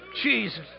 Jesus